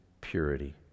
purity